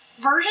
version